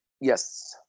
Yes